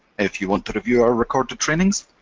if you want to review our recorded trainings,